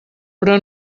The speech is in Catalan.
però